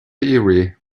theory